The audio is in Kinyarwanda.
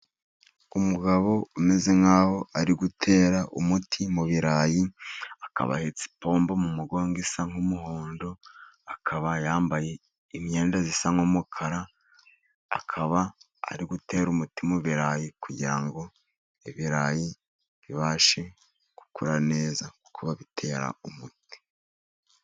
Umugabo umeze nk'aho ari gutera umuti mu birarayi, akaba ahetse ipombo mu mugongo isa n'umuhondo. Akaba yambaye imyenda isa n'umukara, akaba ari gutera umuti mu ibirayi kugira ngo ibirayi bibashe gukura neza kuko babitera umuti.